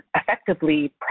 effectively